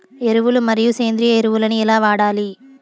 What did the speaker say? ఎరువులు మరియు సేంద్రియ ఎరువులని ఎలా వాడాలి?